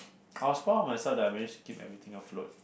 I was proud of myself that I managed to keep everything off load